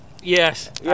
Yes